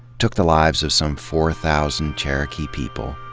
took the lives of some four thousand cherokee people,